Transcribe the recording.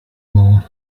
more